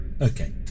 Okay